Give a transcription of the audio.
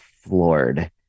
floored